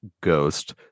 ghost